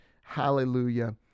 Hallelujah